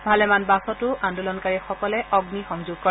ভালেমান বাছতো আন্দোলনকাৰীসকলে অগ্নিসংযোগ কৰে